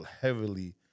heavily